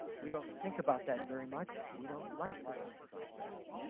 we don't think about that very much. we don't like to think about that.